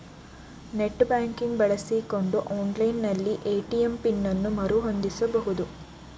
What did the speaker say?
net banking ಬಳಸಿಕೊಂಡು online ನಲ್ಲಿ ATM PIN ಅನ್ನು ಮರು ಹೊಂದಿಸಬಹುದು